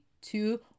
two